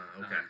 okay